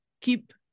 keep